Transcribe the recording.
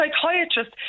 psychiatrist